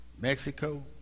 Mexico